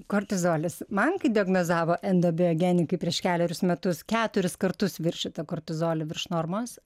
kortizolis man kai diagnozavo endobiogenikai prieš kelerius metus keturis kartus viršytą kortizolį virš normos